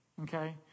Okay